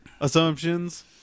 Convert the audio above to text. assumptions